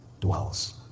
dwells